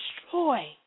destroy